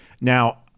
Now